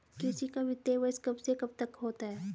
कृषि का वित्तीय वर्ष कब से कब तक होता है?